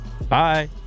bye